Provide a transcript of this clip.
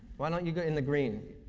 why don't you, in the green?